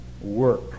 work